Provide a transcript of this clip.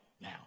now